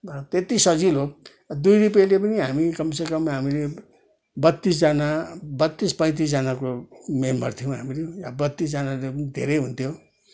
त्यति सजिलो अब दुई रुपियाँले पनि हामी कमसेकम हामीले हामी बत्तिसजना बत्तिस पैँतिसजनाको मेम्बर थियौँ हामीहरू अब बत्तिसजनाले पनि धेरै हुन्थ्यो